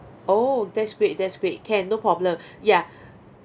oh that's great that's great can no problem ya